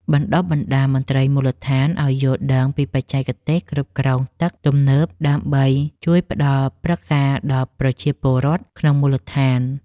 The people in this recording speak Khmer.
បណ្ដុះបណ្ដាលមន្ត្រីមូលដ្ឋានឱ្យយល់ដឹងពីបច្ចេកទេសគ្រប់គ្រងទឹកទំនើបដើម្បីជួយផ្ដល់ប្រឹក្សាដល់ប្រជាពលរដ្ឋក្នុងមូលដ្ឋាន។